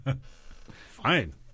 Fine